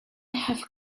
have